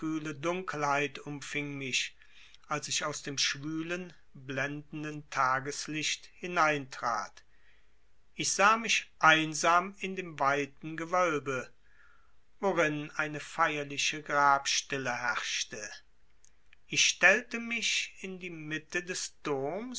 dunkelheit umfing mich als ich aus dem schwülen blendenden tageslicht hineintrat ich sah mich einsam in dem weiten gewölbe worin eine feierliche grabstille herrschte ich stellte mich in die mitte des doms